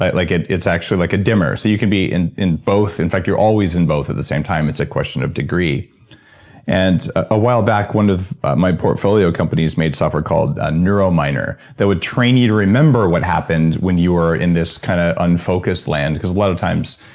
like it's actually like a dimmer. so you could be in in both. in fact you're always in both at the same time. it's a question of degree and a while back, one of my portfolio companies made software called neuro minor, that would train you to remember what happened when you are in this kind of unfocused land, because a lot of times,